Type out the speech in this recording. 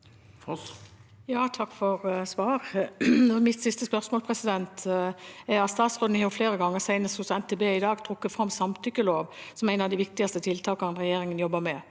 Takk for svar. Mitt siste spørsmål gjelder at statsråden flere ganger, senest hos NTB i dag, har trukket fram samtykkelov som et av de viktigste tiltakene regjeringen jobber med.